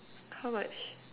how much